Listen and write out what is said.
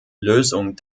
lösung